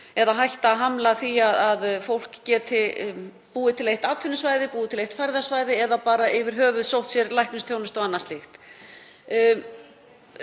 eða hætta á að þau hamli því að fólk geti búið til eitt atvinnusvæði, búið til eitt ferðasvæði eða bara yfir höfuð sótt sér læknisþjónustu og annað slíkt.